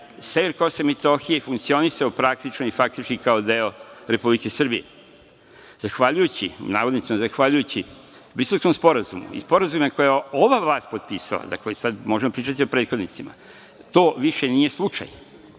sever Kosova i Metohije je funkcionisao praktično i faktički kao deo Republike Srbije. Zahvaljujući, pod navodnicima, Briselskom sporazumu i sporazumima koje je ova vlast potpisala, dakle, sad možemo pričati o prethodnicima, to više nije slučaj.